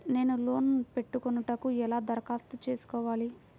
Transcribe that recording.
నేను లోన్ పెట్టుకొనుటకు ఎలా దరఖాస్తు చేసుకోవాలి?